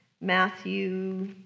Matthew